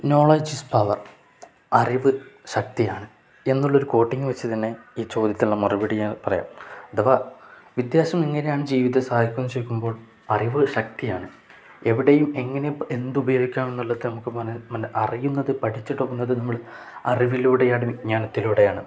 knowledge is power അറിവ് ശക്തിയാണ് എന്നുള്ളൊരു കോട്ടിങ്ങ് വെച്ചുതന്നെ ഈ ചോദ്യത്തുള്ള മറുപടി ഞാൻ പറയാം അഥവാ വിദ്യാഭ്യാസം എങ്ങനെയാണ് ജീവിതത്തെ സഹായിക്കുകയെന്ന് ചോദിക്കുമ്പോൾ അറിവ് ശക്തിയാണ് എവിടെയും എങ്ങനെ എന്ത് ഉപയോഗിക്കാം എന്നുള്ളത് നമുക്ക് അറിയുന്നത് പഠിച്ചിട്ടെടുക്കുന്നത് നമ്മൾ അറിവിലൂടെയാണ് വിജ്ഞാനത്തിലൂടെയാണ്